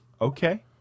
okay